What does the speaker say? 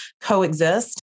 coexist